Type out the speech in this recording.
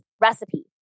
recipe